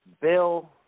Bill